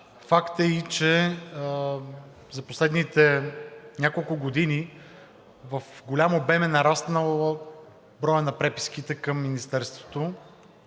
Факт е и че за последните няколко години в голям обем е нараснал броят на преписките към Министерството.